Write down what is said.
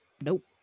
nope